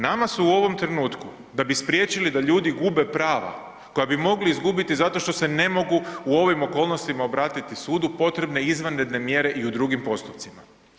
Nama su u ovome trenutku da bi spriječili da ljudi gube prava koja bi mogli izgubiti zato što se ne mogu u ovim okolnostima obratiti sudu, potrebne izvanredne mjere i u drugim postupcima.